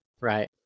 right